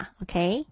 okay